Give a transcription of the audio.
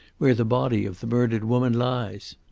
where the body of the murdered woman lies.